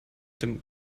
dem